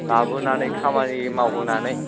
लाबोनानै खामानि मावहोनानै